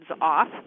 off